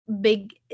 big